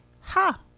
Ha